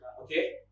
Okay